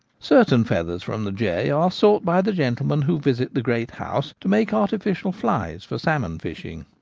certain feathers from the jay are sought by the gentlemen who visit the great house, to make arti ficial flies for salmon-fishing.